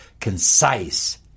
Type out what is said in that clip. concise